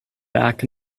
back